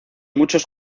muchos